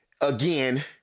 again